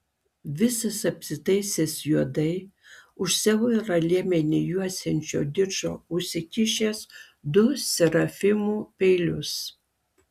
visas apsitaisęs juodai už siaurą liemenį juosiančio diržo užsikišęs du serafimų peilius